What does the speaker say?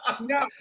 No